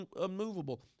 unmovable